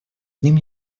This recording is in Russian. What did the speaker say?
ним